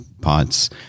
POTS